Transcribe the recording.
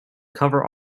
cover